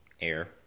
air